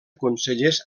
consellers